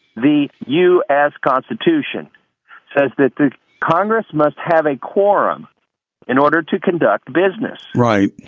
the u. s constitution says that the congress must have a quorum in order to conduct business right.